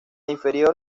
inferior